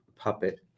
puppet